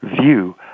view